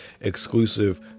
exclusive